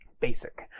basic